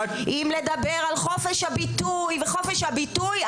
אם לדבר על חופש הביטוי וחופש הביטוי,